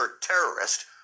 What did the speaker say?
terrorist